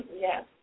yes